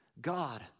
God